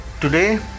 today